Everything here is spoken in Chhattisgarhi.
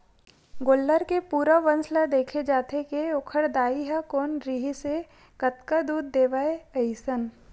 गोल्लर के पूरा वंस ल देखे जाथे के ओखर दाई ह कोन रिहिसए कतका दूद देवय अइसन